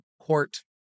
court